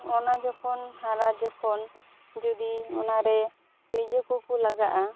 ᱚᱱᱟ ᱡᱚᱠᱷᱚᱱ ᱦᱟᱨᱟ ᱡᱚᱠᱷᱚᱱ ᱡᱩᱫᱤ ᱚᱱᱟ ᱨᱮ ᱛᱤᱡᱩ ᱠᱚ ᱠᱚ ᱞᱟᱜᱟᱜᱼᱟ